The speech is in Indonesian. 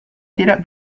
tidak